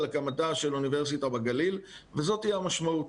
הקמתה של אוניברסיטה בגליל וזאת היא המשמעות.